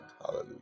Hallelujah